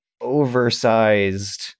oversized